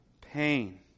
pain